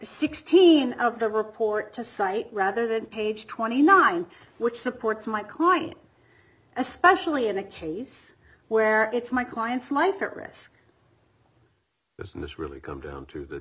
sixteen of the report to cite rather than page twenty nine which supports my client especially in a case where it's my client's life at risk isn't this really come down to the